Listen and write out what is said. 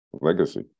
legacy